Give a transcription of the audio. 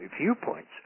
viewpoints